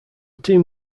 team